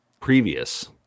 previous